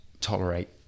tolerate